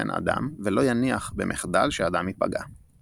לרעה בבן אדם, ולא יניח, במחדל, שאדם יפגע.